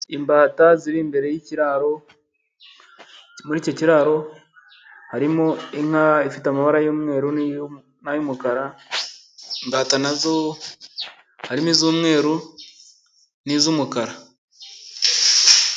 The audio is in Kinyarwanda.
Imbata ziri imbere y'ikiraro. Muri icyo kiraro, harimo inka ifite amabara y'umweru n'ayumukara. Imbata nazo harimo iz'umweru, n'izumukara.